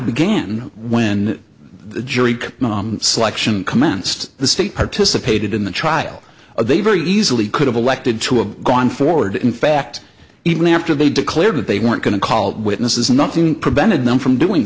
began when the jury selection commenced the state participated in the trial of a very easily could have elected to a gone forward in fact even after they declared that they weren't going to call witnesses nothing prevented them from doing